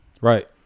Right